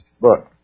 look